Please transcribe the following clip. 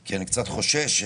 כי אני קצת חושש.